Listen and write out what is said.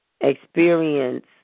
experience